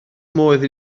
modd